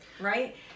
right